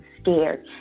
scared